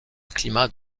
climat